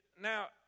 now